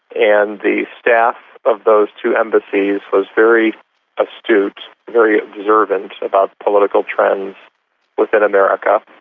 and the staff of those two embassies was very astute, very observant about political trends within america.